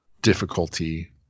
difficulty